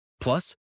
Plus